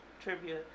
trivia